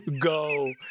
go